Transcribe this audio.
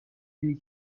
une